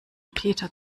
peter